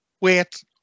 wait